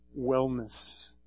Wellness